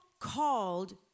called